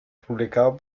publicado